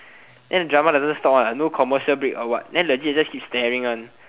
then the drama doesn't stop one no commercial break or what then legit just keep staring one